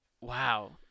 Wow